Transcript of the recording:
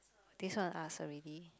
this one ask already